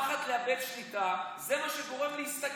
מי שחושב שרק הביטוח הלאומי יודע להוציא